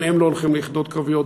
אם הם לא הולכים ליחידות קרביות,